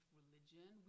religion